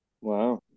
Wow